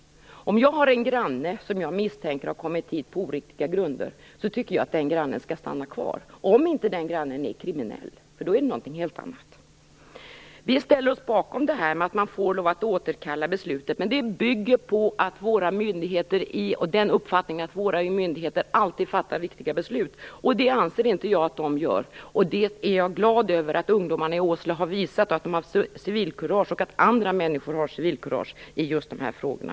Om jag har en granne som jag misstänker har kommit hit på oriktiga grunder tycker jag att den grannen skall få stanna kvar. Förutsättningen är att grannen inte är kriminell, för då är det någonting helt annat. Vi ställer oss bakom att man får återkalla beslutet, men det bygger på uppfattningen att våra myndigheter alltid fattar riktiga beslut. Det anser inte jag att de gör, och jag är glad över att ungdomarna i Åsele och även andra människor har visat att de har civilkurage i de här frågorna.